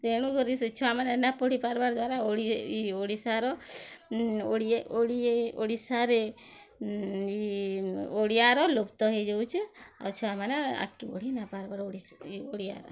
ତେଣୁ କରି ସେ ଛୁଆମାନେ ନା ପଢ଼ିପାରବାର୍ ଦ୍ଵାରା ଇ ଓଡ଼ିଶାର ଓଡ଼ିଶାରେ ଓଡ଼ିଆର ଲୁପ୍ତ ହେଇଯାଉଛି ଆଉ ଛୁଆମାନେ ଆଗକେ ବଢ଼ିନାପାରବାର୍ ଇ ଓଡ଼ିଆର